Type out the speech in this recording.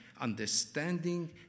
understanding